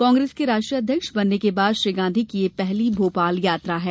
कांग्रेस के राष्ट्रीय अध्यक्ष बनने के बाद श्री गांधी की यह पहली भोपाल यात्रा है